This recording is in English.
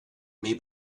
may